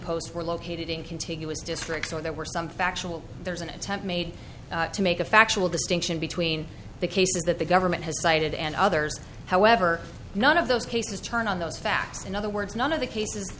post were located in contiguous districts or there were some factual there's an attempt made to make a factual distinction between the cases that the government has cited and others however none of those cases turn on those facts in other words none of the cases